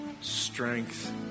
strength